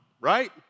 right